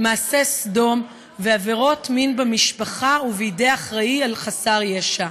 מעשה סדום ועבירות מין במשפחה ובידי אחראי על חסר ישע.